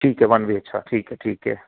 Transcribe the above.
ਠੀਕ ਹੈ one way sir ਠੀਕ ਹੈ ਠੀਕ ਹੈ